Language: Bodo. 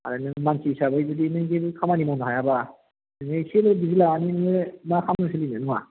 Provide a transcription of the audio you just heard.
आरो नों मानसि हिसाबै जुदि नों जेबो खामानि मावनो हायाबा नोङो इसे डिग्री लानानै नोङो मा खामानियाव सोलिगोन नङा